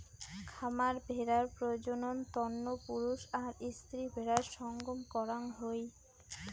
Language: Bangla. খামার ভেড়ার প্রজনন তন্ন পুরুষ আর স্ত্রী ভেড়ার সঙ্গম করাং হই